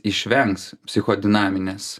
išvengs psicho dinaminės